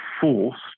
forced